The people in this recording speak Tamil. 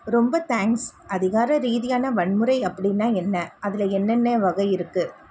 ரொம்ப தேங்க்ஸ் அதிகார ரீதியான வன்முறை அப்படின்னா என்ன அதில் என்னென்ன வகை இருக்கு